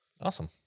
Awesome